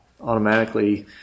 automatically